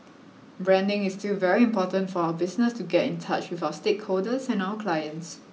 branding is still very important for our business to get in touch with our stakeholders and our clients